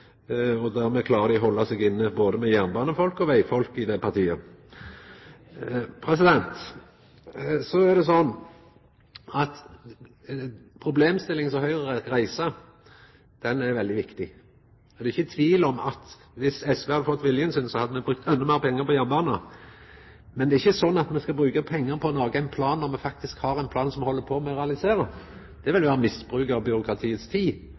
og dermed klarer dei å halda seg inne både med jernbanefolk og med vegfolk i det partiet. Problemstillinga som Høgre reiser, er veldig viktig. Det er ikkje tvil om at om SV hadde fått viljen sin, hadde me brukt endå meir pengar på jernbanen. Men det er ikkje sånn at me skal bruka pengar på å laga ein plan når me faktisk har ein plan som me held på å realisera. Det ville vera misbruk av byråkratiets tid.